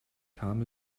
kam